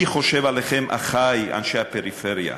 מי חושב עליכם, אחי אנשי הפריפריה?